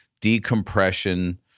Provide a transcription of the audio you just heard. decompression